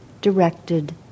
directed